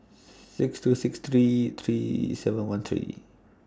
six two six three three seven one three